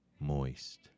Moist